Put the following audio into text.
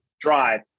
Drive